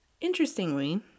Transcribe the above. interestingly